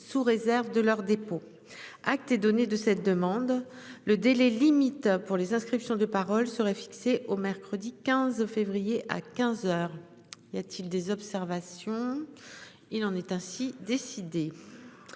sous réserve de leur dépôt acte et donner de cette demande. Le délai limite pour les inscriptions de parole serait fixée au mercredi 15 février à 15h, y a-t-il des observations. Il en est ainsi décidé.